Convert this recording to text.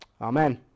Amen